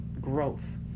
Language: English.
growth